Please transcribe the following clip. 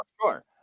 sure